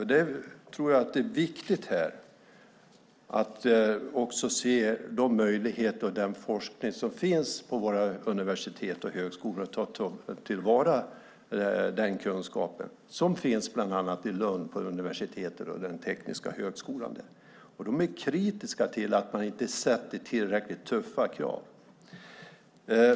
Jag tror att det är viktigt att också se de möjligheter och den forskning som finns vid våra universitet och högskolor och att ta till vara den kunskap som finns bland annat i Lund på universitetet och på Tekniska högskolan där. De är kritiska till att det inte ställs tillräckligt tuffa krav.